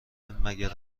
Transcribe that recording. مگر